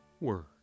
word